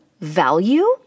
value